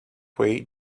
way